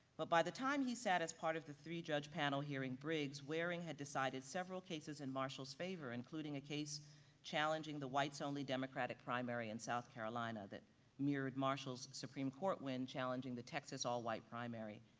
but by the time he sat as part of the three-judge panel hearing briggs, waring had decided several cases in marshall's favor, including a case challenging the whites-only democratic primary in south carolina that mirrored marshall's supreme court win, challenging the texas all-white primary,